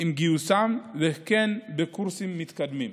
עם גיוסם, וכן בקורסים מתקדמים.